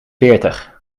veertig